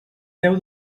deu